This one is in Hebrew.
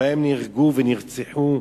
שבהם נהרגו ונרצחו